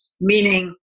meaning